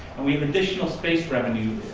and we have additional space revenue,